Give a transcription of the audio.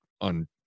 on